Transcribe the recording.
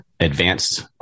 advanced